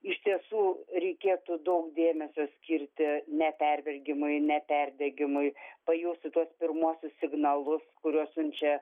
iš tiesų reikėtų daug dėmesio skirti nepervergimui neperdegimui pajusti tuos pirmuosius signalus kuriuos siunčia